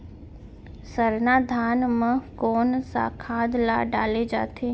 सरना धान म कोन सा खाद ला डाले जाथे?